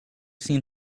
seen